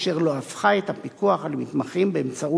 אשר לא הפכה את הפיקוח על מתמחים באמצעות